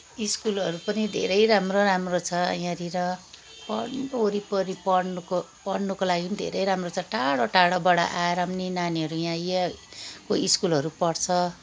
स्कुलहरू पनि धेरै राम्रो राम्रो छ यहाँनिर पढ्नु वरिपरि पढ्नुको पढ्नुको लागि पनि धेरै राम्रो छ टाढो टाढोबाट आएर पनि नानीहरू यहाँ यहाँको स्कुलहरू पढ्छ